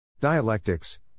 Dialectics